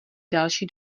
další